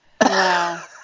Wow